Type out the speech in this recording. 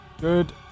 Good